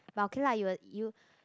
but okay lah you will you